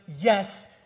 yes